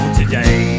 today